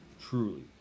truly